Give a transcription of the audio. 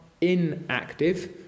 inactive